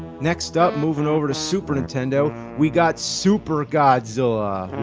next up, moving over to super nintendo, we got super godzilla! ooh,